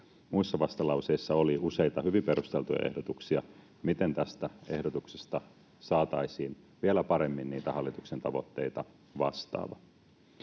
Muissa vastalauseissa oli useita hyvin perusteltuja ehdotuksia, miten tästä ehdotuksesta saataisiin vielä paremmin hallituksen tavoitteita vastaava.